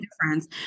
difference